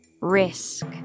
risk